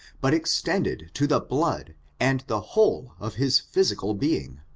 but ex tended to the blood and the whole of his physical being,